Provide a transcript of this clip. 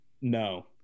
no